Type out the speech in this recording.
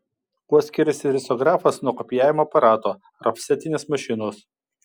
kuo skiriasi risografas nuo kopijavimo aparato ar ofsetinės mašinos